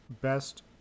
best